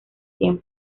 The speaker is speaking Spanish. tiempo